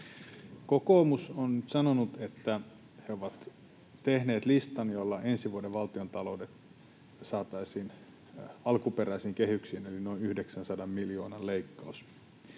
Kokoomus on sanonut, että he ovat tehneet listan, jolla ensi vuoden valtiontalous saataisiin alkuperäisiin kehyksiin, eli noin 900 miljoonan leikkauksen.